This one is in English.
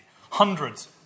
Hundreds